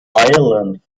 ireland